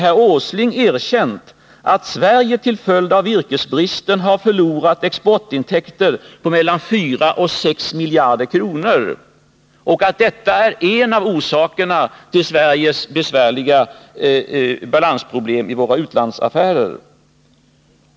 herr Åsling erkänt att Sverige till följd av virkesbristen har förlorat exportintäkter på mellan 4 och 6 miljarder kronor och att detta är en av orsakerna till Sveriges besvärliga balansproblem i våra utlandsaffärer.